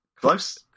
Close